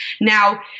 Now